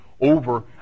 over